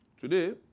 Today